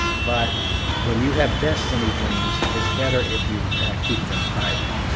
but when you have destiny dreams, it's better if you keep them private